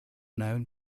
known